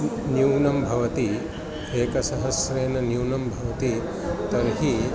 न्यूना भवति एकसहस्रेण न्यूना भवति तर्हि